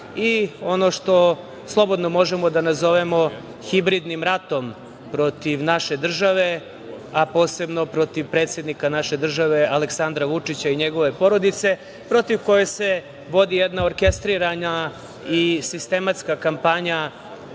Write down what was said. i ono što slobodno možemo da nazovemo hibridnim ratom protiv naše države, a posebno protiv predsednika naše države Aleksandra Vučića i njegove porodice protiv koje se vodi jedna orkestrirana i sistematska kampanja